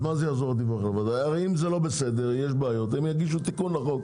אם זה לא בסדר, אם יש בעיות, הם יגישו תיקון לחוק.